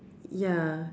ya